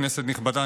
כנסת נכבדה,